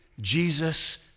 Jesus